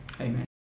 Amen